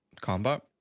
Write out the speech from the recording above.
Combat